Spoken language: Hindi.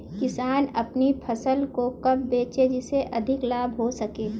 किसान अपनी फसल को कब बेचे जिसे उन्हें अधिक लाभ हो सके?